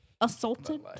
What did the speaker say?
assaulted